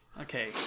Okay